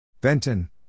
Benton